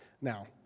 Now